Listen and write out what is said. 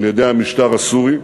על-ידי המשטר הסורי.